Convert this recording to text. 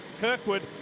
Kirkwood